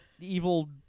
evil